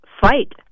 fight